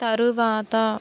తరువాత